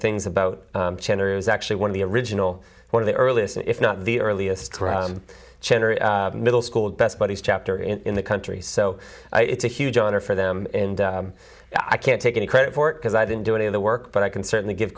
things about gender is actually one of the original one of the earliest if not the earliest chander middle school best buddies chapter in the country so it's a huge honor for them and i can't take any credit for it because i didn't do any of the work but i can certainly give